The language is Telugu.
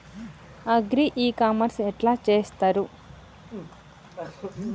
అగ్రి ఇ కామర్స్ ఎట్ల చేస్తరు?